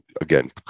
again